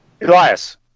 Elias